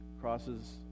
crosses